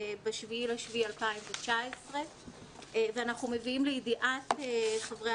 ב-7 ביולי 2019 ואנחנו מביאים לידיעת חברי